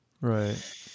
Right